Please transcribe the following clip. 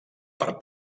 per